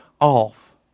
off